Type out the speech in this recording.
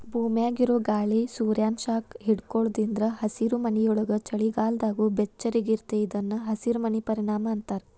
ಭೂಮ್ಯಾಗಿರೊ ಗಾಳಿ ಸೂರ್ಯಾನ ಶಾಖ ಹಿಡ್ಕೊಳೋದ್ರಿಂದ ಹಸಿರುಮನಿಯೊಳಗ ಚಳಿಗಾಲದಾಗೂ ಬೆಚ್ಚಗಿರತೇತಿ ಇದನ್ನ ಹಸಿರಮನಿ ಪರಿಣಾಮ ಅಂತಾರ